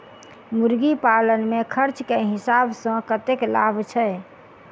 मुर्गी पालन मे खर्च केँ हिसाब सऽ कतेक लाभ छैय?